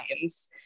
times